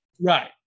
right